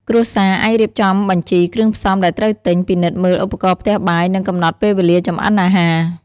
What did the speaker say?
គ្រួសារអាចរៀបចំបញ្ជីគ្រឿងផ្សំដែលត្រូវទិញ ពិនិត្យមើលឧបករណ៍ផ្ទះបាយ និងកំណត់ពេលវេលាចម្អិនអាហារ ។